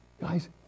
guys